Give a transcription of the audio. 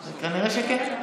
זה לא דרמטי.